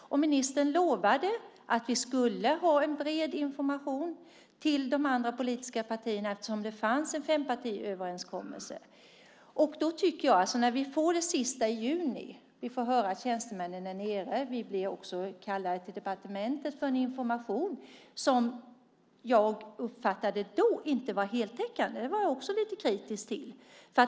Ministern lovade att det skulle vara en bred information till de andra politiska partierna eftersom det fanns en fempartiöverenskommelse. Vi får det sista i juni - vi får höra att tjänstemännen är där nere. Vi blir också kallade till departementet för en information som jag då uppfattade som icke heltäckande. Också det var jag lite kritisk till.